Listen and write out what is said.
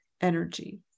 energy